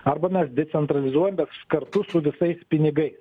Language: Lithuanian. arba mes decentralizuojam bet kartu su visais pinigais